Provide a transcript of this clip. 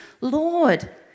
Lord